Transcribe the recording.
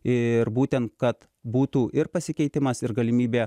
ir būtent kad būtų ir pasikeitimas ir galimybė